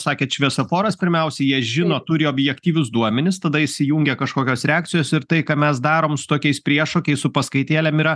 sakėt šviesoforas pirmiausia jie žino turi objektyvius duomenis tada įsijungia kažkokios reakcijos ir tai ką mes darom su tokiais priešokiais su paskaitėlėm yra